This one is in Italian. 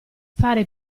fare